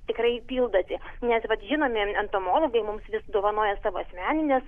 tikrai pildosi nes žinomi entomologai mums vis dovanoja savo asmenines